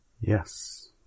Yes